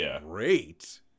great